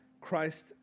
Christ